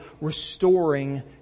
restoring